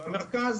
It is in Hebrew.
במרכז